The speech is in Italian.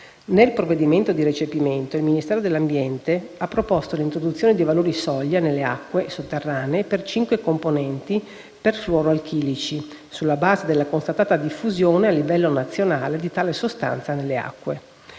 Nel provvedimento di recepimento, il Ministero dell'ambiente ha proposto l'introduzione di valori soglia nelle acque sotterranee per 5 composti perfluoroalchilici, sulla base della constatata diffusione a livello nazionale di tale sostanza nelle acque.